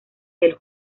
del